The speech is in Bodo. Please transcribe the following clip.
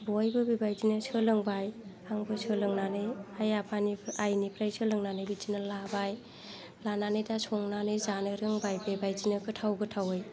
बयबो बेबायदिनो सोलोंबाय आंबो सोलोंनानै आइनिफ्राय सोलोंनानै बिदिनो लाबाय लानानै दा संनानै जानो रोंबाय बेबायदिनो गोथाव गोथावै